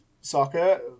soccer